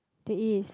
there is